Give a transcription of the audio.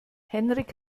henrik